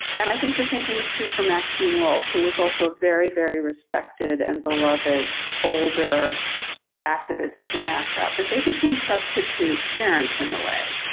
and i think the same thing is true for maxine wolf, who was also a very, very respected and beloved older activist and actor. but they became substitute parents in a way.